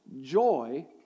joy